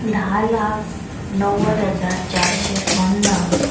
धा लाख णव्वद हजार चारशें पन्नास